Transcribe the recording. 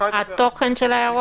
תוכן ההערות?